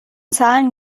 zahlen